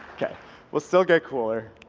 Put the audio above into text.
we'll still get cooler.